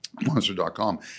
monster.com